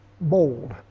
bold